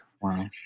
Wow